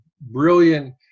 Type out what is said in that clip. brilliant